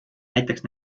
näiteks